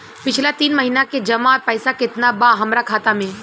पिछला तीन महीना के जमा पैसा केतना बा हमरा खाता मे?